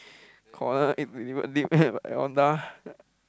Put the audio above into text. corner eight Honda